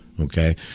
Okay